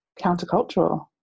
countercultural